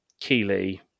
keely